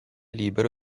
libero